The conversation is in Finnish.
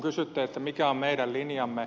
kysytte mikä on meidän linjamme